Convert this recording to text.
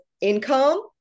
income